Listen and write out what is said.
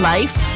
Life